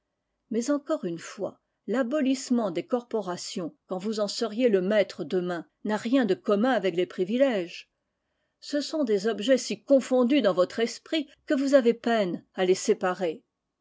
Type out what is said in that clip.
mais encore une fois l'abolissement des corporations quand vous en seriez le maître demain n'a rien de commun avec les privilèges ce sont des objets si confondus dans votre esprit que vous avez peine à les séparer